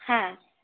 হ্যাঁ